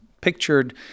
pictured